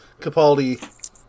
Capaldi